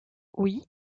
oui